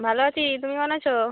ভালো আছি তুমি কেমন আছো